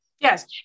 Yes